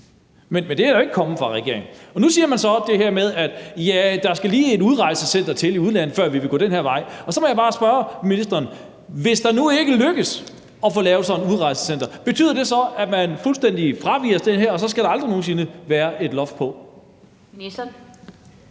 Men det er jo ikke kommet fra regeringen, og nu siger man så det her med, at der lige skal et udrejsecenter til i udlandet, før man vil gå den her vej. Så må jeg bare spørge ministeren: Hvis det nu ikke lykkes at få lavet sådan et udrejsecenter, betyder det så, at man fuldstændig fraviger det her, og at der så aldrig nogen sinde skal være et loft over